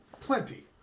plenty